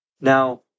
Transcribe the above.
Now